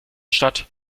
statt